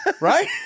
Right